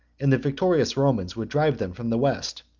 and the victorious romans would drive them from the west,